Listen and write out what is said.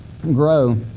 grow